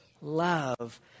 love